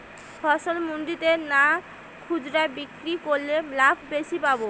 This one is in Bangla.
ফসল মন্ডিতে না খুচরা বিক্রি করলে লাভ বেশি পাব?